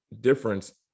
difference